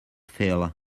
phil